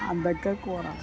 అది బెటర్ కూడ